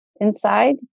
inside